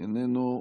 איננו,